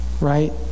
Right